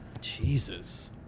Jesus